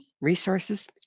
resources